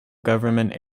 government